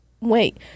wait